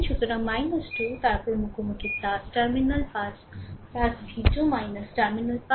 সুতরাং 2 তারপরে মুখোমুখি terminal pass v2 terminal pass